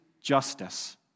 justice